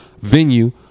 venue